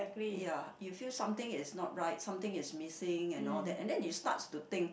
ya you feel something is not right something is missing and all that and then you start to think